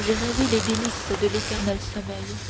j'ai rêvé les délices de l'éternel sommeil